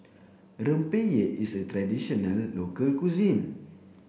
Rempeyek is a traditional local cuisine